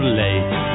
late